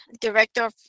director